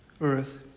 earth